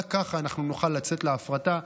רק כך אנחנו נוכל לצאת להפרטה.